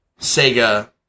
Sega